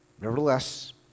Nevertheless